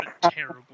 Terrible